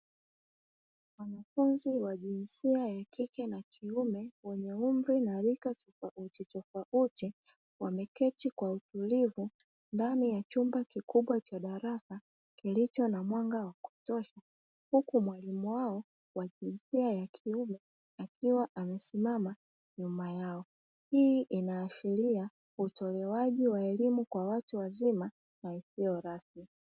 Wanafunzi wa jinsia ya kike na kiume wenye umri na rika tofauti tofauti, wameketi kwa utulivu ndani ya chumba kikubwa cha darasa kilicho na mwanga wa kutosha, huku mwalimu wao wa jinsia ya kiume akiwa amesimama nyuma yao. Hii inaashiria utolewaji wa elimu kwa watu wazima na isiyo rasmi.